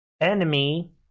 enemy